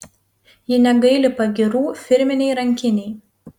ji negaili pagyrų firminei rankinei